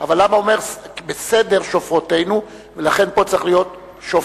אבל למה הוא אומר "סדר שופרותינו" ולכן פה צריך להיות "שופרותינו".